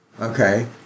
Okay